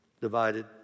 divided